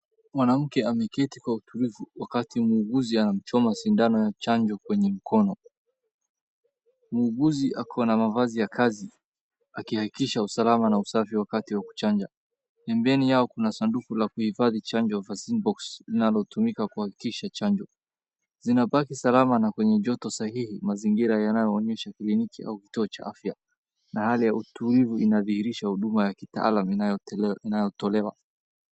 Mwanamke ameketi kwa utulivu wakati muuguzi anamchoma sindano ya chanjo kwenye mkono, muuguzi ako na mavazi ya kazi akiakikisha usalama na usafi wakati wa kuchanja, pembeni yao kuna sanduku ya kuhifadhi chanjo cs[vaccine box]cs, linalotumika kuhakikisha chanjo zinabaki salama na kwenye joto sahihi, mazingira yanayoonyesha kliniki au kituo cha afya, na hali ya utulivu unadhihirisha huduma ya kitaalum inayotolewa.